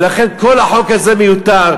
ולכן, כל החוק הזה מיותר.